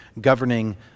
governing